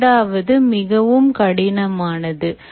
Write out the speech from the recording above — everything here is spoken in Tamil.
இரண்டாவது மிகவும் கடினமானது